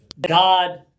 God